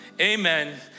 Amen